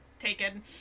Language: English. taken